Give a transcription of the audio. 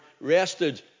rested